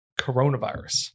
coronavirus